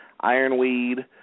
Ironweed